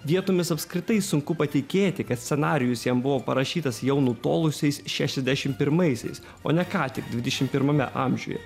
vietomis apskritai sunku patikėti kad scenarijus jam buvo parašytas jau nutolusiais šešiasdešim pirmaisiais o ne ką tik dvidešim pirmame amžiuje